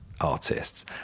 artists